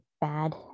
bad